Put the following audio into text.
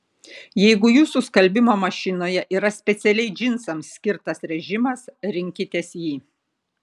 jeigu jūsų skalbimo mašinoje yra specialiai džinsams skirtas režimas rinkitės jį